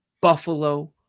Buffalo